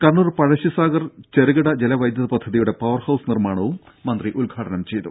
കണ്ണൂർ പഴശ്ശി സാഗർ ചെറുകിട ജല വൈദ്യുത പദ്ധതിയുടെ പവർ ഹൌസ് നിർമാണവും മന്ത്രി ഉദ്ഘാടനം ചെയ്തു